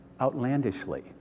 outlandishly